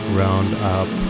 roundup